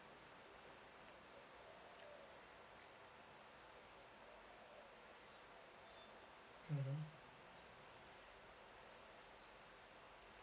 mmhmm